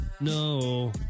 no